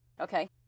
okay